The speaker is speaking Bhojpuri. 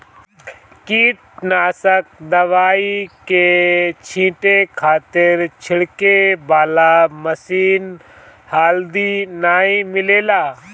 कीटनाशक दवाई के छींटे खातिर छिड़के वाला मशीन हाल्दी नाइ मिलेला